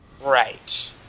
Right